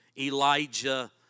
Elijah